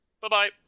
Bye-bye